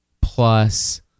plus